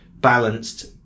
balanced